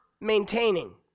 maintaining